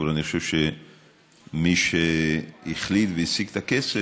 אבל אני חושב שמי שהחליט והשיג את הכסף,